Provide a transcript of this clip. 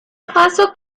faso